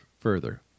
further